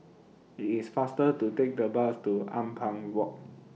IT IS faster to Take The Bus to Ampang Walk